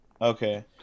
Okay